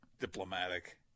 diplomatic